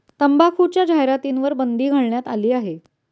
तंबाखूच्या जाहिरातींवर बंदी घालण्यात आली आहे